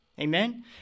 Amen